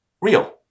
real